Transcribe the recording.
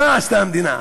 מה עשתה המדינה?